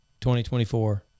2024